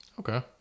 Okay